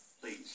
please